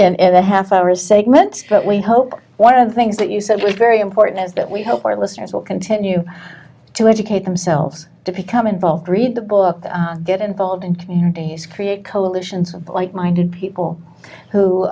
it and a half hour a segment but we hope one of the things that you said was very important is that we help our listeners will continue to educate themselves to become involved in the book get involved in communities create coalitions of like minded people who